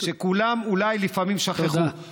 שכולם אולי לפעמים שכחו, תודה.